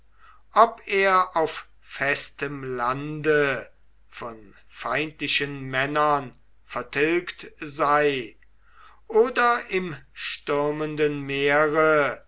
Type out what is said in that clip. ob er auf festem lande von feindlichen männern vertilgt sei oder im stürmenden meere